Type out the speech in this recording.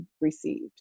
received